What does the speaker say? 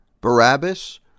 Barabbas